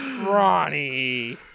Ronnie